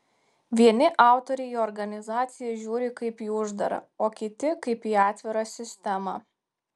vieni autoriai į organizaciją žiūri kaip į uždarą o kiti kaip į atvirą sistemą